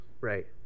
Right